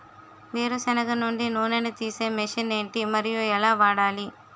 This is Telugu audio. వేరు సెనగ నుండి నూనె నీ తీసే మెషిన్ ఏంటి? మరియు ఎలా వాడాలి?